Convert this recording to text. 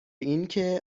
اینکه